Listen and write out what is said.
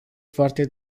foarte